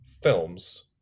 films